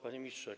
Panie Ministrze!